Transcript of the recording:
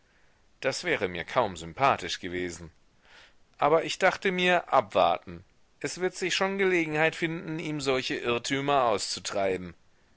das wäre mir kaum sympathisch gewesen aber ich dachte mir abwarten es wird sich schon gelegenheit finden ihm solche irrtümer auszutreiben